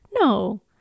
no